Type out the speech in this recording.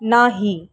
नाही